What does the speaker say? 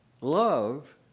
Love